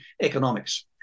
economics